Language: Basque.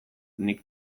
nik